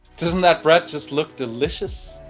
doesn't that bread just look delicious?